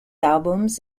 albums